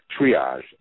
triage